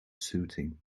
soothing